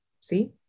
See